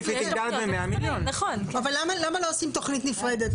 אבל למה לא עושים תכנית נפרדת?